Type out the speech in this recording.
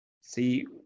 see